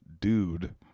Dude